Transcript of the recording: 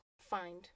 find